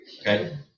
okay